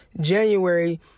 January